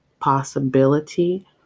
possibility